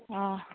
अ